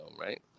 right